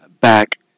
back